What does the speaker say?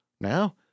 Now